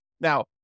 Now